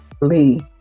Lee